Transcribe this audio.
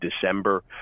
December